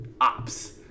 ops